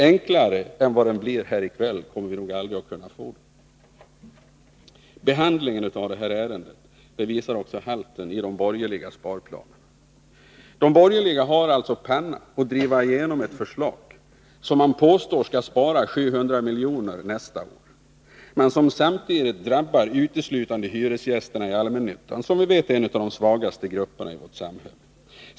Enklare än vad den blir här i kväll kommer den nog aldrig att bli. Behandlingen av detta ärende visar också halten i de borgerliga sparplanerna. De borgerliga har alltså panna att driva igenom förslag som man påstår skall spara 700 milj.kr. nästa år men som samtidigt uteslutande drabbar hyresgästerna i allmännyttan, som vi vet är en av de svagaste gruppernai vårt samhälle.